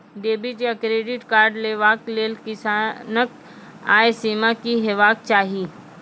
Debit या credit card लेवाक लेल किसानक आय सीमा की हेवाक चाही?